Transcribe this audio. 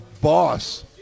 boss